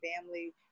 family